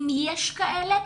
אם יש כאלה,